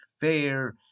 Fair